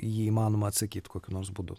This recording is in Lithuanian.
į jį įmanoma atsakyt kokiu nors būdu